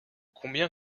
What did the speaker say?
combien